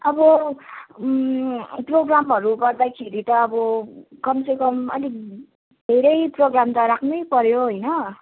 अब प्रोग्रामहरू गर्दाखेरि त अब कमसेकम अलिक धेरै प्रोग्राम त राख्नैपऱ्यो होइन